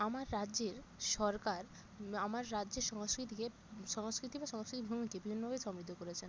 আমার রাজ্যের সরকার আমার রাজ্যের সংস্কৃতিকে সংস্কৃতি বা সংস্কৃতি ভূমিকে বিভিন্নভাবে সমৃদ্ধ করেছেন